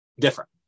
different